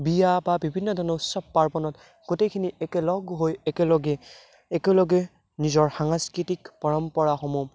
বিয়া বা বিভিন্ন ধৰণৰ উৎসৱ পাৰ্বণত গোটেইখিনি একেলগ হৈ একেলগে একেলগে নিজৰ সাংস্কৃতিক পৰম্পৰাসমূহ